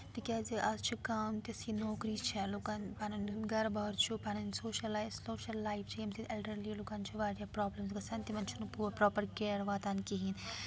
تِکیٛازِ آز چھِ کام تِژھ یہِ نوکری چھےٚ لُکَن پَنُن ہُنٛد گَربار چھُ پَنٕنۍ سوشَل لای سوشَل لایِف چھِ ییٚمہِ سۭتۍ اٮ۪لڈَرلی لُکَن چھِ واریاہ پرٛابلِمٕ گژھان تِمَن چھُنہٕ پوٗرٕ پراپَر کِیر واتان کِہیٖنۍ